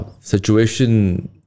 situation